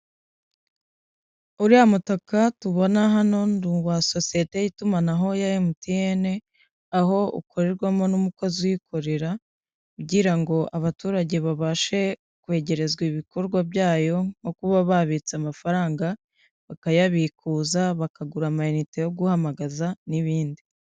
Uriya mutaka tubona hano ni uwa sosiyete y'itumanaho ya emutiyene aho hakorerwamo n'umukozi uyikorera kugira ngo abaturage babashe kwegerezwa ibikorwa byayo nko kuba babitse amafaranga bakayabikuza, bakagura amayinite yo guhamagaza n'ibindi.